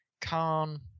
Khan